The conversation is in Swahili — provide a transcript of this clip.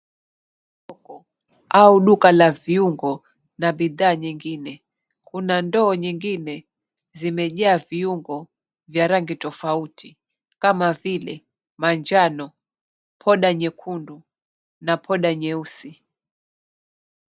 ...au duka la viungo na bidhaa nyingine. Kuna ndoo nyingine zimejaa viungo vya rangi tofauti kama vile manjano, poda nyekundu na poda nyeusi.